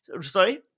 Sorry